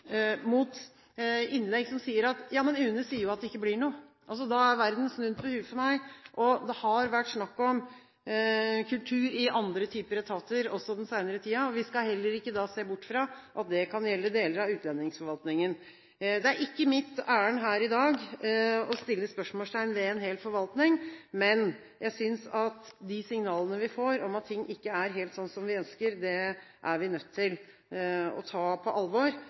mot innlegg som sier at ja, men UNE sier jo at det ikke blir noe av. Da er verden snudd på hodet for meg. Det har vært snakk om kultur i andre typer etater også den senere tiden. Vi skal heller ikke se bort fra at det kan gjelde deler av utlendingsforvaltningen. Det er ikke mitt ærend her i dag å sette spørsmålstegn ved en hel forvaltning, men jeg synes at de signalene vi får om at ting ikke er helt sånn som vi ønsker, er vi nødt til å ta på alvor.